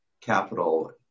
capital